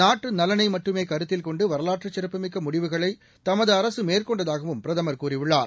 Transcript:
நாட்டு நவனை மட்டுமே கருத்தில் கொண்டு வரவாற்று சிறப்புமிக்க முடிவுகளை தமது அரசு மேற்கொண்டதாகவும் பிரதமர் கூறியுள்ளார்